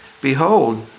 Behold